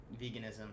veganism